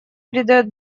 придает